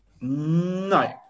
No